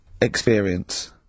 experience